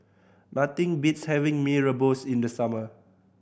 nothing beats having Mee Rebus in the summer